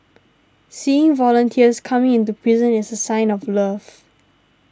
seeing volunteers coming into prison is a sign of love